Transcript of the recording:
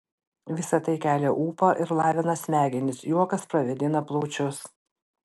visa tai kelia ūpą ir lavina smegenis juokas pravėdina plaučius